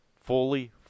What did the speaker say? Fully